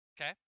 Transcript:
okay